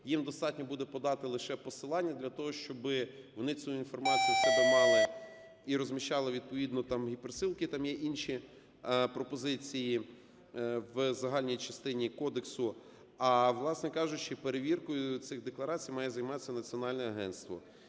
їм достатньо буде подати лише посилання для того, щоб вони цю інформацію в себе мали і розміщали відповідно там гіперссилки, там є інші пропозиції в загальній частині кодексу. А, власне кажучи, перевіркою цих декларацій має займатися національне агентство.